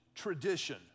tradition